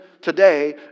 today